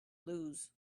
lose